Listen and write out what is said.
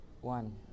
one